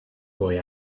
boy